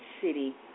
City